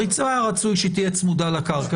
המבנה הזה שיוקם פועל במקביל לבית המשפט,